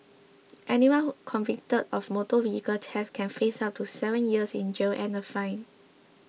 anyone who convicted of motor vehicle theft can face up to seven years in jail and a fine